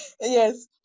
Yes